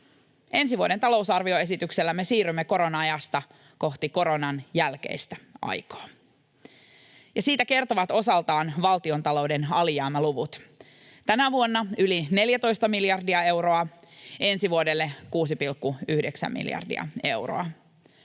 Ensi vuoden talousarvioesityksellä me siirrymme korona-ajasta kohti koronan jälkeistä aikaa. Siitä kertovat osaltaan valtion talouden alijäämäluvut: tänä vuonna yli 14 miljardia euroa, ensi vuodelle 6,9 miljardia euroa.